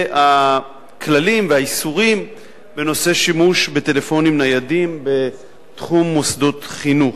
הכללים והאיסורים בנושא שימוש בטלפונים ניידים בתחום מוסדות חינוך.